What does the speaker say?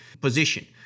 position